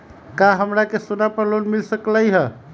का हमरा के सोना पर लोन मिल सकलई ह?